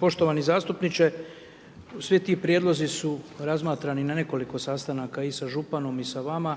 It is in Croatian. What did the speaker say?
Poštovani zastupniče. Svi ti prijedlozi su razmatrani na nekoliko sastanaka i sa županom i sa vama.